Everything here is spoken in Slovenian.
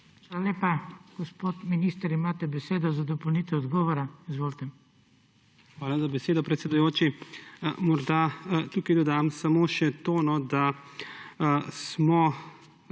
Hvala lepa. Gospod minister, imate besedo za dopolnitev odgovora. Izvolite. JANEZ POKLUKAR: Hvala za besedo, predsedujoči. Morda tukaj dodam samo še to, da smo